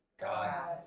God